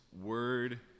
word